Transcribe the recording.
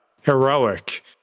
heroic